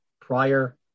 prior